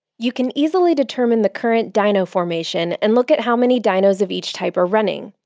you can easily determine the current dyno formation and look at how many dynos of each type are running.